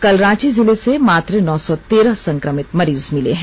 कल रांची जिले से मात्र नौ सौ तेरह संक्रमित मरीज मिले हैं